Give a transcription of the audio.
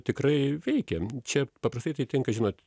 tikrai veikėm čia paprastai tai tinka žinot